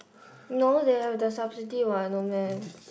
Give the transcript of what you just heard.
no they have the subsidy what no meh